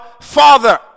Father